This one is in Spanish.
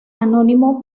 anónimo